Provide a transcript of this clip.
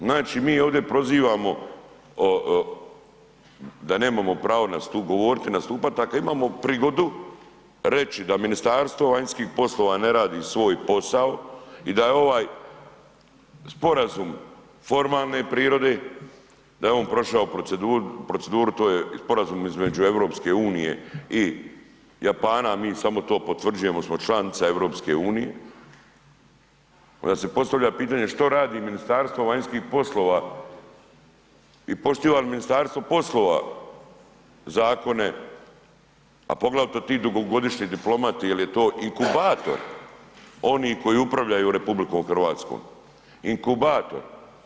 Znači mi ovdje prozivamo da nemamo pravo govorit, nastupat, a kad imamo prigodu reći da Ministarstvo vanjskih poslova ne radi svoj posao i da je ovaj sporazum formalne prirode, da je on prošao proceduru to je sporazum između EU i Japana, mi samo to potvrđujemo jer smo članica EU, onda se postavlja pitanje što radi Ministarstvo vanjskih poslova i poštiva li ministarstvo poslova zakone, a poglavito ti dugogodišnji diplomati jer je to inkubator onih koji upravljaju RH, inkubator.